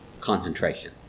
Concentration